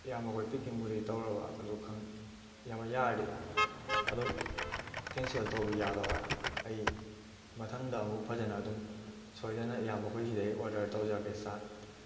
ꯏꯌꯥꯝꯕꯈꯣꯏ ꯄꯦꯛꯀꯤꯡꯕꯨꯗꯤ ꯇꯧꯔꯕ ꯑꯗꯨ ꯏꯌꯥꯝꯕ ꯌꯥꯔꯒꯗꯤ ꯑꯗꯨꯝ ꯀꯦꯟꯁꯦꯜ ꯇꯧꯕ ꯌꯥꯗꯧꯔ ꯑꯩ ꯃꯊꯪꯗ ꯑꯃꯨꯛ ꯐꯖꯅ ꯑꯗꯨꯝ ꯁꯣꯏꯗꯅ ꯏꯌꯥꯝꯕꯈꯣꯏ ꯁꯤꯗꯒꯤ ꯑꯣꯔꯗꯔ ꯇꯧꯖꯔꯛꯀꯦ